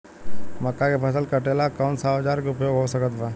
मक्का के फसल कटेला कौन सा औजार के उपयोग हो सकत बा?